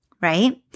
right